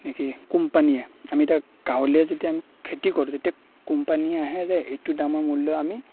নেকি কোম্পানীয়ে আমি এতিয়া গাঁৱলীয়া যেতিয়া আমি খেতি কৰোঁ তেতিয়া কোম্পানী আহে যে এইটো দামৰ মূল্য আমি